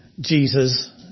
Jesus